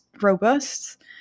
robust